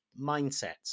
mindsets